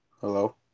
hello